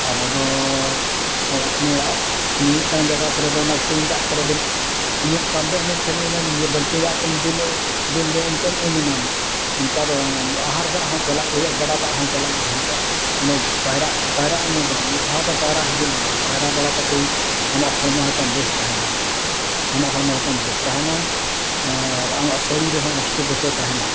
ᱟᱵᱚ ᱫᱚ ᱢᱤᱢᱤᱫᱴᱟᱝ ᱡᱟᱭᱜᱟ ᱠᱚᱨᱮ ᱫᱚ ᱚᱱᱟ ᱠᱩᱧ ᱫᱟᱜ ᱠᱚᱨᱮ ᱵᱚᱱ ᱩᱢᱩᱜ ᱠᱟᱱ ᱫᱚ ᱮᱱᱮ ᱠᱷᱟᱹᱞᱤ ᱵᱟᱹᱞᱛᱤ ᱫᱟᱜ ᱛᱮᱢ ᱫᱩᱞᱮᱫ ᱫᱩᱞ ᱧᱚᱜ ᱮᱱᱛᱮᱢ ᱩᱢ ᱮᱱᱟᱢ ᱚᱱᱠᱟ ᱫᱚ ᱵᱟᱝᱟ ᱟᱦᱟᱨ ᱫᱟᱜ ᱦᱚᱸ ᱪᱟᱞᱟᱜ ᱜᱮ ᱦᱩᱭᱩᱜᱼᱟ ᱜᱟᱰᱟ ᱫᱟᱜ ᱦᱚᱸ ᱪᱟᱞᱟᱜ ᱜᱮ ᱦᱩᱭᱩᱜᱼᱟ ᱚᱱᱮ ᱯᱟᱭᱨᱟᱜ ᱯᱟᱭᱨᱟᱜ ᱢᱮ ᱢᱮᱱᱛᱮ ᱢᱤᱫ ᱫᱷᱟᱣ ᱫᱚ ᱯᱟᱭᱨᱟ ᱦᱤᱡᱩᱜ ᱢᱮᱜᱮ ᱯᱟᱭᱨᱟ ᱵᱟᱲᱟ ᱠᱟᱛᱮ ᱟᱢᱟᱜ ᱦᱚᱲᱢᱚ ᱦᱚᱛᱟᱢ ᱵᱮᱥ ᱛᱟᱦᱮᱱᱟ ᱟᱢᱟᱜ ᱦᱚᱲᱢᱚ ᱦᱚᱛᱟᱢ ᱵᱮᱥ ᱛᱟᱦᱮᱱᱟ ᱟᱢᱟᱜ ᱥᱚᱨᱤᱨ ᱦᱚᱸ ᱦᱳᱥᱴᱳ ᱯᱳᱥᱴᱳ ᱛᱟᱦᱮᱱᱟ